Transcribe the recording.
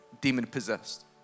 demon-possessed